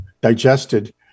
digested